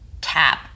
tap